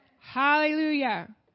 Hallelujah